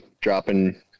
dropping